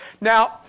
Now